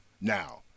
Now